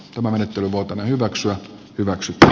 tämä menettely voi hyväksyä hyväksytä